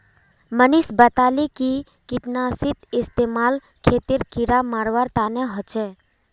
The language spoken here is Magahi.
मनीष बताले कि कीटनाशीर इस्तेमाल खेतत कीड़ा मारवार तने ह छे